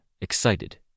excited